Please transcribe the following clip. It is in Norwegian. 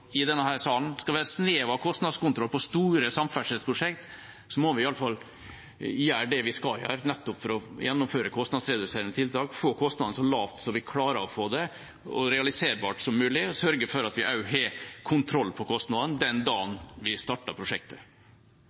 i denne sal, et snev av kostnadskontroll på store samferdselsprosjekt, må vi i alle fall gjør det vi kan for nettopp å gjennomføre kostnadsreduserende tiltak, få kostnadene så lave som vi klarer å få dem, få det så realiserbart som mulig og sørge for at vi også har kontroll på kostnadene den dagen vi starter prosjektet.